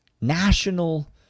National